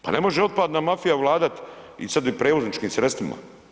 Pa ne može otpadna mafija vladati i sad i prijevozničkim sredstvima.